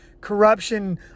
corruption